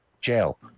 jail